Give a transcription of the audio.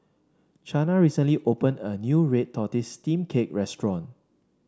Chana recently opened a new Red Tortoise Steamed Cake restaurant